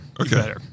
Okay